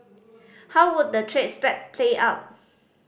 how would the trade spat play out